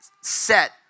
set